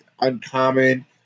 uncommon